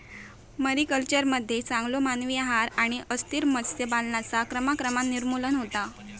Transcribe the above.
मरीकल्चरमध्ये चांगलो मानवी आहार आणि अस्थिर मत्स्य पालनाचा क्रमाक्रमान निर्मूलन होता